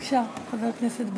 בבקשה, חבר הכנסת בר.